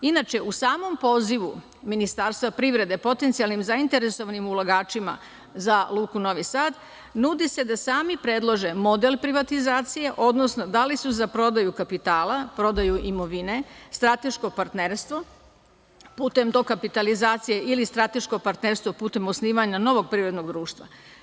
Inače, u samom pozivu Ministarstva privrede, potencijalnim zainteresovanim ulagačima za Luku Novi Sad nude se da sami predlože model privatizacije, odnosno da li su za prodaju kapitala, prodaju imovine, strateško partnerstvo putem dokapitalizacije ili strateško partnerstvo putem osnivanja novog privrednog društva.